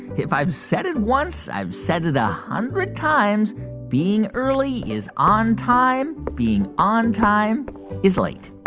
if i've said it once, i've said it a hundred times being early is on time. being on time is late